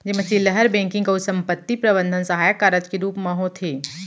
जेमा चिल्लहर बेंकिंग अउ संपत्ति प्रबंधन सहायक कारज के रूप म होथे